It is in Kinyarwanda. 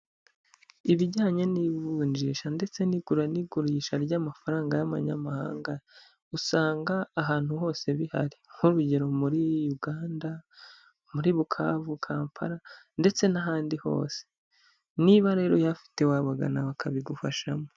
Ibijyanye n'ivunjisha ndetse n'igura n'igurisha ry'amafaranga y'amanyamahanga, usanga ahantu hose bihari. Nk'urugero muri Uganda, muri Bukavu, Kampala ndetse n'ahandi hose. Niba rero uyafite wabagana bakabigufashamo.